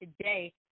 today